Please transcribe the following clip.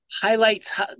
highlights